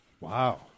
wow